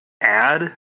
add